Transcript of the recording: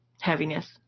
heaviness